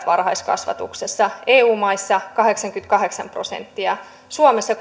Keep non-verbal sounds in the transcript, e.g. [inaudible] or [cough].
[unintelligible] varhaiskasvatuksessa eu maissa kahdeksankymmentäkahdeksan prosenttia suomessa [unintelligible]